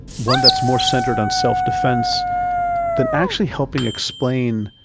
one that's more centered on self-defense than actually helping explain